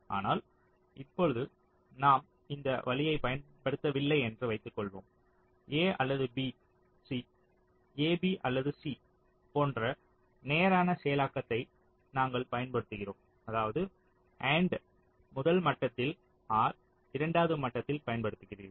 ஆனால் இப்போது நாம் இந்த வழியைப் பயன்படுத்தவில்லை என்று வைத்துக்கொள்வோம் a அல்லது b c a b அல்லது c போன்ற நேரான செயலாக்கத்தை நாங்கள் பயன்படுத்துகிறோம் அதாவது AND முதல் மட்டத்தில் OR இரண்டாவது மட்டத்தில் பயன்படுத்துகிறீர்கள்